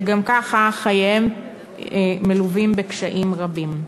שגם ככה חייהם מלווים בקשיים רבים.